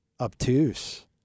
obtuse